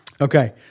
Okay